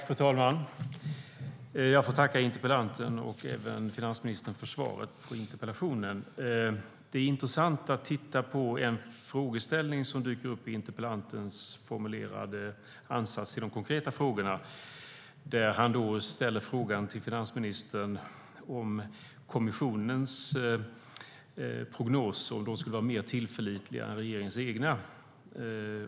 Fru talman! Jag får tacka interpellanten för interpellationen och även finansministern för svaret på interpellationen. Det är intressant att titta på en frågeställning som dyker upp i interpellantens formulerade ansats i de konkreta frågorna. Han ställer frågan till finansministern om kommissionens prognoser skulle vara mer tillförlitliga än regeringens egna.